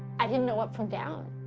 i didn't know up from down.